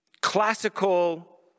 classical